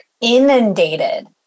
inundated